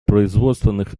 производственных